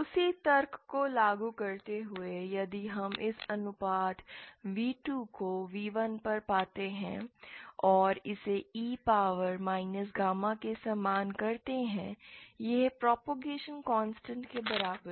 उसी तर्क को लागू करते हुए यदि हम इस अनुपात v2 को v1 पर पाते हैं और इसे e पावर माइनस गामा से समान करते हैं यह प्रॉपगैजेशन कॉन्स्टेंट के बराबर है